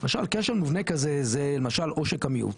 למשל כשל מובנה כזה זה למשל עושק המיעוט,